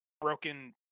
broken